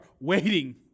waiting